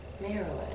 Marilyn